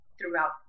Throughout